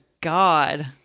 God